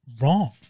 wrong